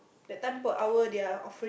that time per hour they're offering